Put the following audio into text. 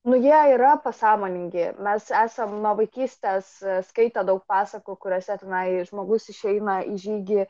nu jie yra pasąmoningi mes esam nuo vaikystės skaitę daug pasakų kuriose tenai žmogus išeina į žygį